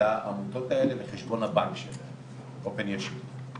לעמותות האלה לחשבון הבנק שלהן, באופן ישיר.